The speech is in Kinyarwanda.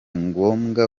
ngombwa